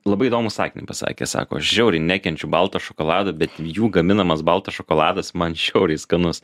labai įdomų sakinį pasakė sako žiauriai nekenčiu balto šokolado bet jų gaminamas baltas šokoladas man žiauriai skanus